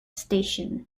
station